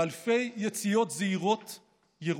באלפי יציאות זהירות-ירוקות".